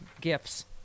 gifts